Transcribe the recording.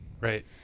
Right